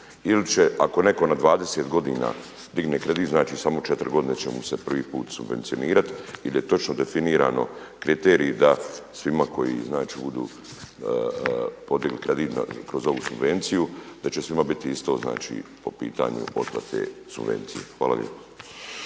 ili će ako netko na 20 godina digne kredit, znači samo 4 godine će mu se prvi put subvencionirati jer je točno definirano kriterij da svima koji znači budu podigli kredit kroz ovu subvenciju, da će svima biti isto znači po pitanju otplate subvencije. Hvala lijepo.